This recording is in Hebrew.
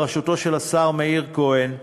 בראשות השר מאיר כהן,